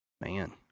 man